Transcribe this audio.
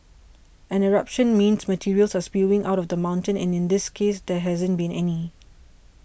an eruption means materials are spewing out of the mountain and in this case there hasn't been any